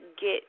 get